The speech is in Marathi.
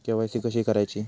के.वाय.सी कशी करायची?